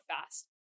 fast